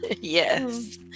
yes